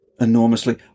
enormously